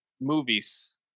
movies